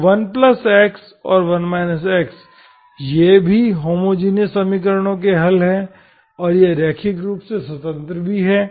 तो 1x और 1 x ये भी होमोजिनियस समीकरणों के हल हैं और ये रैखिक रूप से स्वतंत्र भी हैं